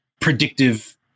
predictive